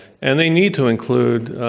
and they need to include